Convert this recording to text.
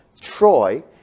Troy